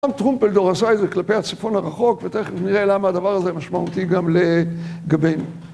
גם טרומפלדור עשה את זה כלפי הצפון הרחוק, ותכף נראה למה הדבר הזה משמעותי גם לגבינו.